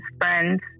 friends